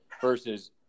versus